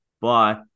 Bye